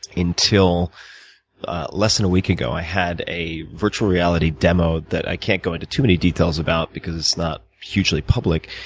until less than a week ago. i had a virtual reality demo that i can't go into too many details about because it's not hugely public,